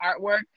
artwork